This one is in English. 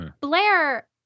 Blair